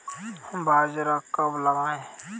बाजरा कब लगाएँ?